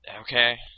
Okay